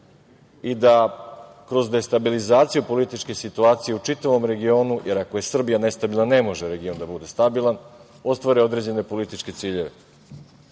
i da kroz destabilizaciju političke situacije u čitavom regionu, jer ako je Srbija nestabilna, ne može region da bude stabilan, ostvare određene političke ciljeve. Ne